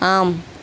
ஆம்